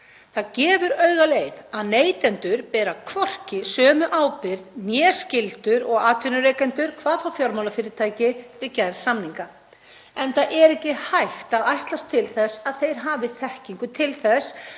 Það gefur augaleið að neytendur bera hvorki sömu ábyrgð né skyldur og atvinnurekendur, hvað þá fjármálafyrirtæki, við gerð samninga, enda er ekki hægt að ætlast til þess að þeir hafi þekkingu til þess,